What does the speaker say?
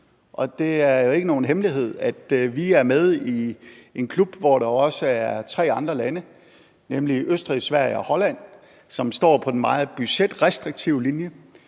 Det er jo ikke nogen hemmelighed, at vi er med i en klub, hvor der også er tre andre lande, nemlig Østrig, Sverige og Holland, som står på den meget budgetrestriktive linje,